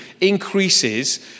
increases